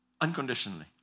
unconditionally